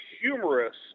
humorous